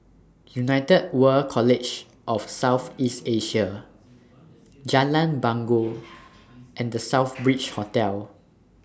United World College of South East Asia Jalan Bangau and The Southbridge Hotel